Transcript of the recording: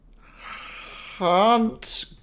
Hunt